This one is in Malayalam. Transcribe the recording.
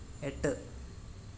എട്ട്